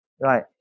Right